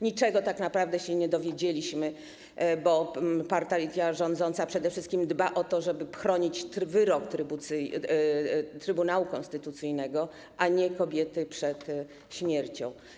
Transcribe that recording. Niczego tak naprawdę się nie dowiedzieliśmy, bo partia rządząca przede wszystkim dba o to, żeby chronić wyrok Trybunału Konstytucyjnego, a nie kobiety przed śmiercią.